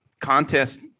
contest